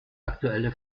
aktuelle